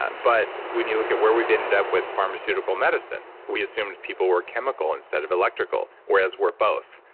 but when you look at where we've ended up with pharmaceutical medicine, we assumed people were chemical instead of electrical, whereas we're both,